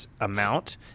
amount